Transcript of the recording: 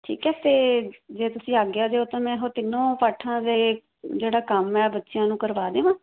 ਠੀਕ ਹੈ ਅਤੇ ਜੇ ਤੁਸੀਂ ਆਗਿਆ ਦਿਓ ਤਾਂ ਮੈਂ ਉਹ ਤਿੰਨੋਂ ਪਾਠਾਂ ਦੇ ਜਿਹੜਾ ਕੰਮ ਹੈ ਬੱਚਿਆਂ ਨੂੰ ਕਰਵਾ ਦੇਵਾਂ